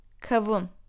Kavun